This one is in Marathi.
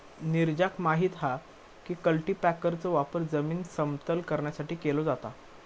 नीरजाक माहित हा की कल्टीपॅकरचो वापर जमीन समतल करण्यासाठी केलो जाता